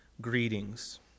greetings